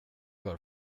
har